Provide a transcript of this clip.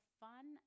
fun